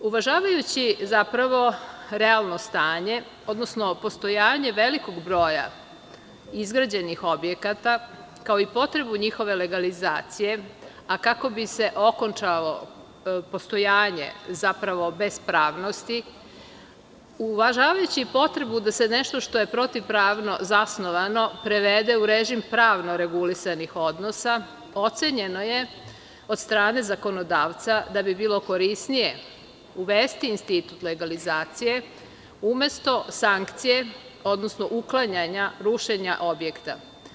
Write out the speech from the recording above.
Uvažavajući realno stanje, odnosno postojanje velikog broja izgrađenih objekata, kao i potrebu njihove legalizacije, a kako bi se okončalo postojanje bespravnosti, uvažavajući potrebu da se nešto što je protivpravno zasnovano prevede u režim pravno regulisanih odnosa, ocenjeno je od strane zakonodavca da bi bilo korisnije uvesti institut legalizacije umesto sankcije, odnosno uklanjanja rušenja objekta.